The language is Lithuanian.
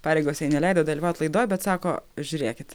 pareigos jai neleido dalyvaut laidoj bet sako žiūrėkit